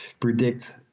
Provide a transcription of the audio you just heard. predict